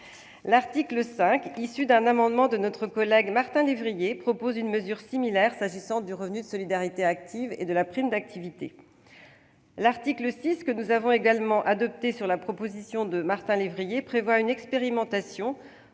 L'article 5, issu d'un amendement de notre collègue Martin Lévrier, propose une mesure similaire pour ce qui concerne le revenu de solidarité active et la prime d'activité. L'article 6, que nous avons également adopté sur proposition de Martin Lévrier, prévoit une expérimentation